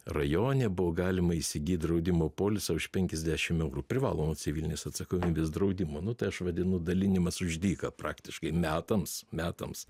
rajone buvo galima įsigyt draudimo polisą už penkiasdešim eurų privalomojo civilinės atsakomybės draudimo nu tai aš vadinu dalinimas už dyka praktiškai metams metams